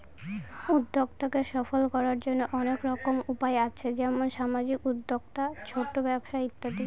উদ্যক্তাকে সফল করার জন্য অনেক রকম উপায় আছে যেমন সামাজিক উদ্যোক্তা, ছোট ব্যবসা ইত্যাদি